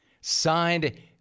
Signed